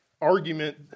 argument